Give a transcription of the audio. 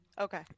Okay